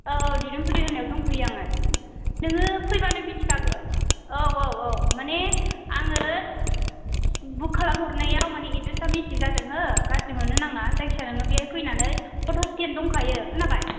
औ दिदोमफुरि होननायाव दंफैयो आङो नोङो फैबानो मिन्थिखागोन औ औ औ माने आङो बुक खालामहरनायाव माने एड्रेसआ मिस्टेक जादों हो गाज्रि मोननो नाङा जायखिया नोङो बेहाय फैनानै अट'स्टेन्ड दंखायो खोनाबाय